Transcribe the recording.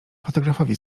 fotografowi